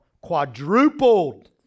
quadrupled